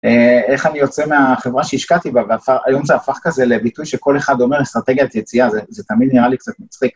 אה.. איך אני יוצא מהחברה שהשקעתי בה והיום זה הפך כזה לביטוי שכל אחד אומר אסטרטגיית יציאה, זה תמיד נראה לי קצת מצחיק.